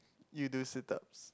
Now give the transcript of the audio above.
you do sit ups